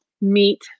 meet